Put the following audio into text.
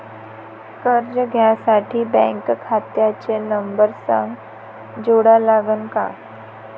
कर्ज घ्यासाठी बँक खात्याचा नंबर संग जोडा लागन का?